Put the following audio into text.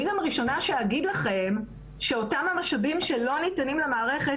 אני גם הראשונה שאגיד לכם שאותם המשאבים שלא ניתנים למערכת,